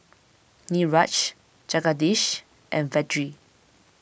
Niraj Jagadish and Vedre